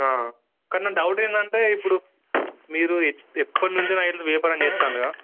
కాని నా డౌట్ ఏందంటే ఇప్పుడు మీరు ఎప్పటి నుంచో ఇవే వ్యాపారం చేస్తున్నారు కదా